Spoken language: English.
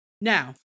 Now